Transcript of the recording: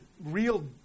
real